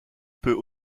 peut